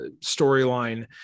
storyline